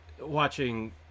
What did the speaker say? watching